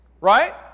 Right